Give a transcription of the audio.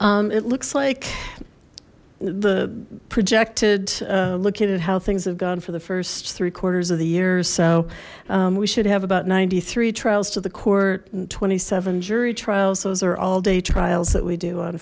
it looks like the projected looking at how things have gone for the first three quarters of the year so we should have about ninety three trials to the court and twenty seven jury trials those are all day trials that we do on